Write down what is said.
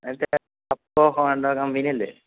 company അല്ലേ